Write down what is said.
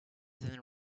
than